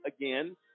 again